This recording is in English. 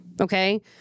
okay